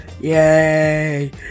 Yay